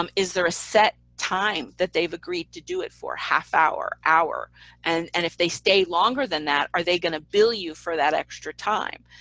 um is there a set time that they've agreed to do it for half hour or hour? and and if they stay longer than that are they going to bill you for that extra time,